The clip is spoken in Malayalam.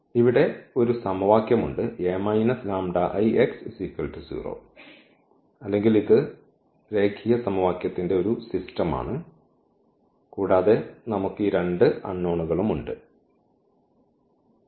ഇവിടെ ഒരു സമവാക്യമുണ്ട് അല്ലെങ്കിൽ ഇത് രേഖീയ സമവാക്യത്തിന്റെ ഒരു സിസ്റ്റം ആണ് കൂടാതെ നമുക്ക് ഈ രണ്ട് അൺനോൺ കളും ഉണ്ട് x